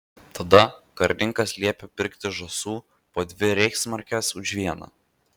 tada karininkas liepė pirkti žąsų po dvi reichsmarkes už vieną